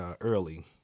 early